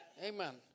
Amen